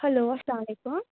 hello اسلامُ علیکم